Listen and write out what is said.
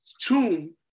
tomb